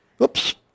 Oops